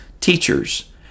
teachers